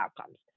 outcomes